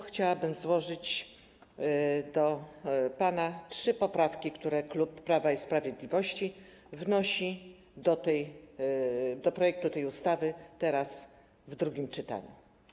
Chciałabym złożyć na pana ręce trzy poprawki, które klub Prawa i Sprawiedliwości wnosi do projektu tej ustawy teraz, w drugim czytaniu.